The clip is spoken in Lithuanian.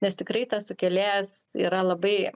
nes tikrai tas sukėlėjas yra labai